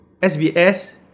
SBS